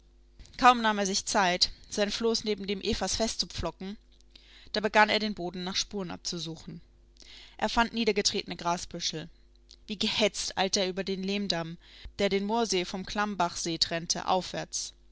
kaum nahm er sich zeit sein floß neben dem evas festzupflocken da begann er den boden nach spuren abzusuchen er fand niedergetretene grasbüschel wie gehetzt eilte er über den lehmdamm der den moorsee vom klammbachsee trennte aufwärts